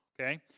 okay